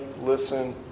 listen